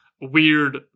Weird